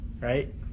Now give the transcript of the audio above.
Right